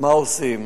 מה עושים.